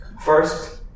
First